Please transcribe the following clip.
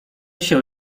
się